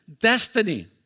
destiny